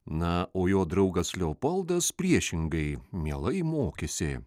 na o jo draugas leopoldas priešingai mielai mokėsi